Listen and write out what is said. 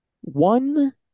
one